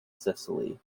sicily